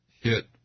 hit